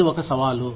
అది ఒక సవాలు